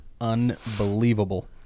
unbelievable